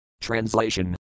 Translation